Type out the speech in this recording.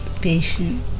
patient